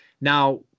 Now